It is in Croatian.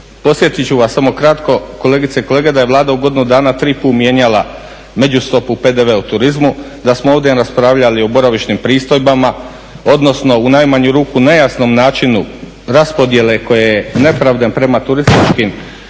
Podsjetit ću vas samo kratko kolegice i kolege da je Vlada u godinu dana tri put mijenjala među stopu PDV-a u turizmu, da smo ovdje raspravljali o boravišnim pristojbama, odnosno u najmanju ruku nejasnom načinu raspodjele koje je nepravdom prema turističkim